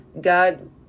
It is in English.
God